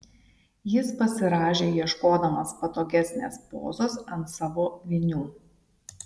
jis pasirąžė ieškodamas patogesnės pozos ant savo vinių